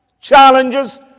challenges